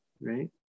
right